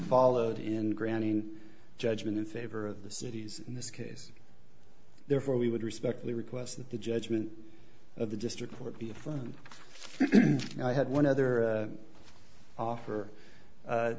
followed in granting judgment in favor of the cities in this case therefore we would respectfully request that the judgment of the district court be fun i had one other offer